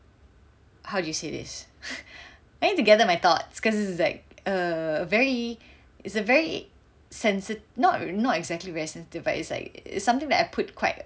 how do you say this I need to gather my thoughts cause it's like err very it's a very sensitive not not exactly very sensitive but it's like it's something that I put quite